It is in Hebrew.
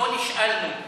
לא נשאלנו לדעתנו,